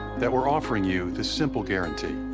that we're offering you this simple guarantee,